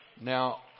Now